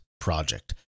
project